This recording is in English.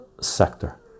sector